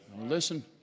Listen